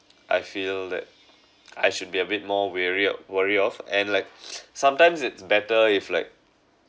I feel that I should be a bit more warier worry of and like sometimes it's better if like